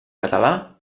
català